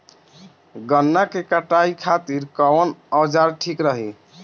गन्ना के कटाई खातिर कवन औजार ठीक रही?